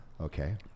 okay